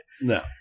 No